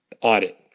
audit